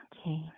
Okay